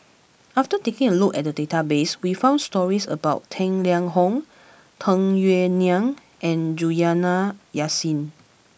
after taking a look at the database we found stories about Tang Liang Hong Tung Yue Nang and Juliana Yasin